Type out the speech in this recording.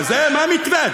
מה מתווה?